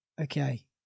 Okay